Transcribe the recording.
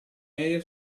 aerea